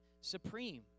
supreme